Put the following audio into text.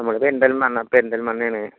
നമ്മൾ പെരിന്തൽമണ്ണ പെരിന്തൽമണ്ണ ആണ്